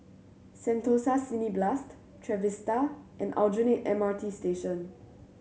Sentosa Cineblast Trevista and Aljunied M R T Station